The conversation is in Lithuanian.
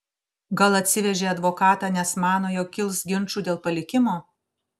gal atsivežė advokatą nes mano jog kils ginčų dėl palikimo